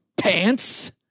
pants